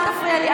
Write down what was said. אל תפריע לי.